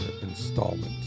installment